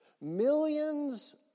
millions